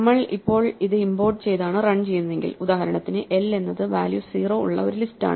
നമ്മൾ ഇപ്പോൾ ഇത് ഇമ്പോർട്ട് ചെയ്താണ് റൺ ചെയ്യൂന്നതെങ്കിൽ ഉദാഹരണത്തിന് l എന്നത് വാല്യൂ 0 ഉള്ള ഒരു ലിസ്റ്റാണ്